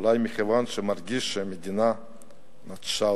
אולי מכיוון שהוא מרגיש שהמדינה נטשה אותו.